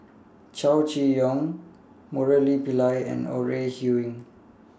Chow Chee Yong Murali Pillai and Ore Huiying